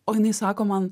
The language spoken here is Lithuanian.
o jinai sako man